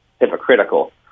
hypocritical